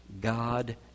God